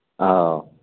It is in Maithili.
औ